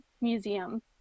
museum